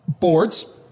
Boards